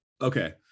Okay